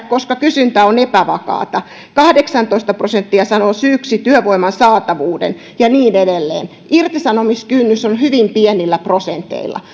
koska kysyntä on epävakaata kahdeksantoista prosenttia sanoo syyksi työvoiman saatavuuden ja niin edelleen irtisanomiskynnys on hyvin pienillä prosenteilla